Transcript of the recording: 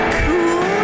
cool